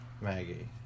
Maggie